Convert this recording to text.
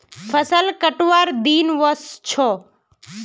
फसल कटवार दिन व स छ